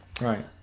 Right